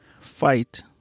fight